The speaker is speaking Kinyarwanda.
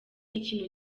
ikintu